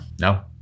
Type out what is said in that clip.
No